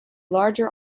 larger